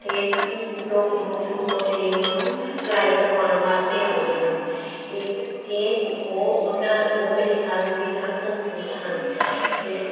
ਅਤੇ ਲੋਕ ਦੂਰ ਦੂਰ ਤੋਂ ਮੇਰੇ ਕੋਲੋਂ ਸਿਲਾਈ ਕਰਵਾਉਣ ਵਾਸਤੇ ਆਉਂਦੇ ਹਨ ਇਹ ਕਿ ਉਹ ਉਹਨਾਂ ਉਹ ਮੇਰੇ ਨਾਲ ਪੂਰੀ ਤਰ੍ਹਾਂ ਸੰਤੁਸ਼ਟ ਹਨ ਅਤੇ